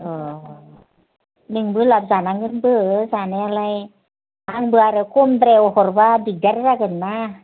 अ नोंबो जानांगोनबो जानायालाय आंबो आरो खमद्रायाव हरबा दिग्दार जागोन ना